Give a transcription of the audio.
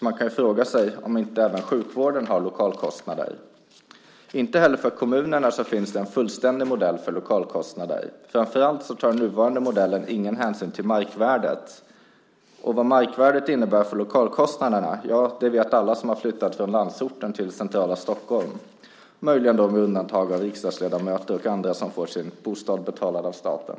Man kan ju fråga sig om inte sjukvården har lokalkostnader. Inte heller för kommunerna finns det en fullständig modell för lokalkostnader. Framför allt tar den nuvarande modellen ingen hänsyn till markvärdet. Vad markvärdet innebär för lokalkostnaderna vet alla som har flyttat från landsorten till centrala Stockholm, möjligen med undantag av riksdagsledamöter och andra som får sin bostad betald av staten.